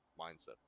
mindset